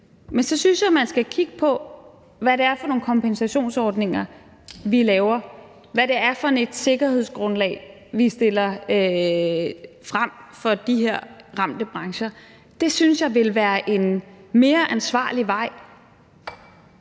Men så synes jeg, man skal kigge på, hvad det er for nogle kompensationsordninger, vi laver, hvad det er for et sikkerhedsgrundlag, vi stiller frem for de her ramte brancher. Det synes jeg ville være en mere ansvarlig vej